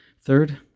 Third